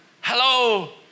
Hello